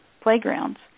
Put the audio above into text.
playgrounds